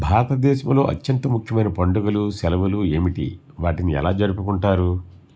భారతదేశంలో అత్యంత ముఖ్యమైన పండుగలు సెలవులు ఏమిటి వాటిని ఎలా జరుపుకుంటారు